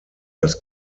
dass